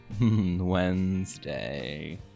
Wednesday